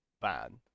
Ban